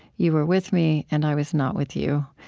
you were with me, and i was not with you.